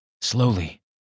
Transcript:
Slowly